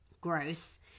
gross